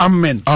Amen